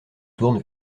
tourne